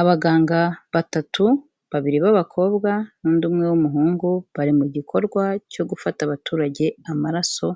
Abaganga batatu, babiri b'abakobwa n'undi umwe w'umuhungu, bari mu gikorwa cyo gufata abaturage amaraso